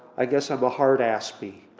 i guess i'm a hard aspie